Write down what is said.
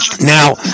Now